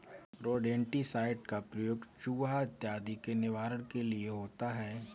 rodenticide का प्रयोग चुहा इत्यादि के निवारण के लिए होता है